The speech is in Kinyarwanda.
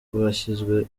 bashyizwe